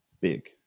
big